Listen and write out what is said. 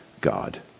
God